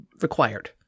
Required